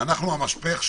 אנחנו המשפך,